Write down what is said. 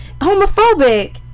homophobic